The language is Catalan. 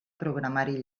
programari